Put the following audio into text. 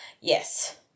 Yes